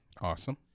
Awesome